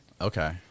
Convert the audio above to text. Okay